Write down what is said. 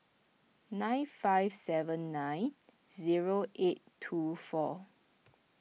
nine five seven nine zero eight two four